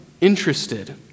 interested